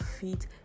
feet